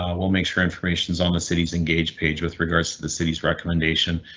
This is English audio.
will make sure information is on the cities engage page with regards to the city's recommendation.